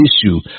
issue